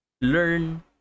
learn